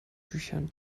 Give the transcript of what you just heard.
büchern